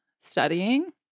studying